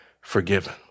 forgiven